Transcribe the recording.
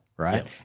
right